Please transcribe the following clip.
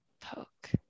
poke